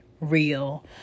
real